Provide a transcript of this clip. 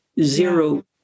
zero